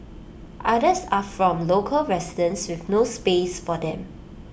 others are from local residents with no space for them